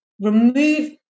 remove